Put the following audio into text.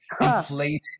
inflated